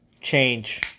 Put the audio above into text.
change